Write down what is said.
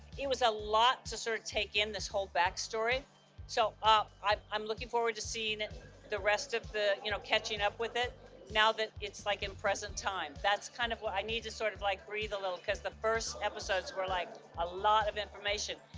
it was a lot to sort of take in this whole backstory so ah i'm i'm looking forward to seeing the rest of the, you know catching up with it now that it's like in present time. that's kind of what i need to sort of like breathe a little because the first episodes were like a lot of information.